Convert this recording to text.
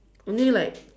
only like